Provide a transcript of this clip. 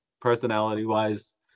personality-wise